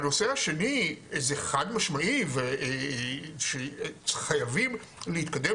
הנושא השני זה חד משמעי וחייבים להתקדם